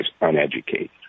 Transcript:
uneducated